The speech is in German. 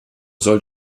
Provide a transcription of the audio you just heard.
soll